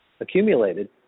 accumulated